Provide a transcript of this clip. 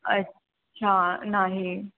अच्छा नाही